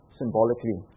symbolically